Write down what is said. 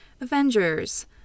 Avengers